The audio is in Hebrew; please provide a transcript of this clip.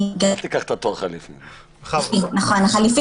נכון, החליפי.